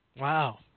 wow